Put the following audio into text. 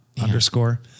underscore